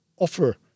offer